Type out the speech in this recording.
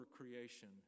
creation